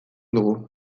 dugu